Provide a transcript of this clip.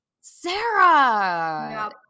Sarah